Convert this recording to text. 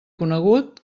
conegut